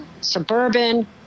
suburban